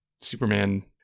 Superman